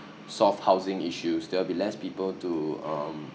solve housing issues there'll be less people to um